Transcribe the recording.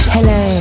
Hello